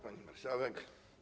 Pani Marszałek!